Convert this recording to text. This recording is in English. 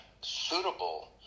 suitable